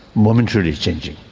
momentarily changing,